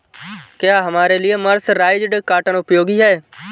क्या हमारे लिए मर्सराइज्ड कॉटन उपयोगी है?